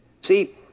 See